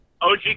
og